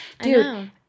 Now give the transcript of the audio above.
dude